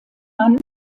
mann